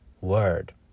word